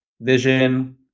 vision